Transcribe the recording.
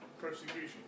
Persecution